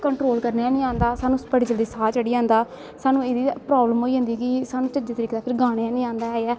control करने गै नी आंदा साह्नू बड़ा जल्दी साह् चढ़ी जंदा सा ह्नू एह्दा प्रावलम होई जंदी कि साह्नू चज्जे तरीके दा गाना गै नी आंदा ऐ